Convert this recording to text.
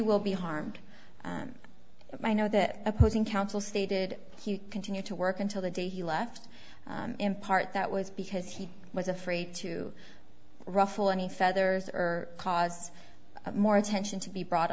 will be harmed if i know that opposing counsel stated he continued to work until the day he left in part that was because he was afraid to ruffle any feathers or cause more attention to be brought